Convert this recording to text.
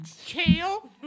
Kale